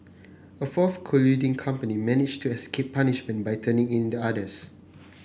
a fourth colluding company managed to escape punishment by turning in the others